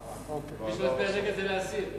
מי שמצביע נגד זה להסיר.